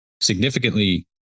significantly